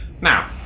Now